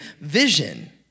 vision